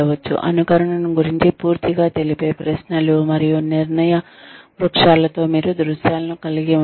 అనుకరణను గురుంచి పూర్తిగా తెలిపే ప్రశ్నలు మరియు నిర్ణయ వృక్షాలతో మీరు దృశ్యాలను కలిగి ఉండవచ్చు